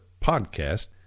podcast